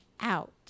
out